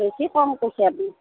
বেছি কম কৈছে আপুনি